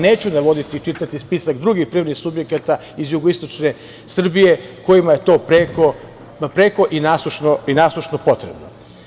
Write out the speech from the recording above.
Neću navoditi i čitati spisak drugih privrednih subjekata iz jugoistočne Srbije kojima je to preko i nasušno potrebno.